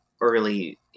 early